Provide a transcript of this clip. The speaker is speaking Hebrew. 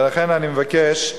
ולכן אני מבקש,